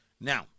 now